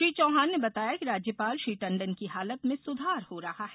श्री चौहान ने बताया कि राज्यपाल श्री टंडन की हालत में सुधार हो रहा है